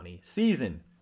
season